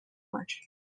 var